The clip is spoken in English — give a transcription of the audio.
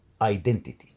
identity